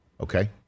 Okay